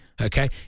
okay